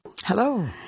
Hello